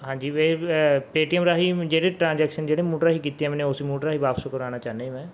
ਹਾਂਜੀ ਪੇਟੀਐਮ ਰਾਹੀਂ ਜਿਹੜੇ ਟ੍ਰਾਂਜੈਕਸ਼ਨ ਜਿਹੜੇ ਮੋਡ ਰਾਹੀਂ ਕੀਤੀ ਆ ਮੈਨੇ ਉਸ ਮੋਡ ਰਾਹੀਂ ਵਾਪਸ ਕਰਵਾਉਣਾ ਚਾਹੁੰਦਾ ਮੈਂ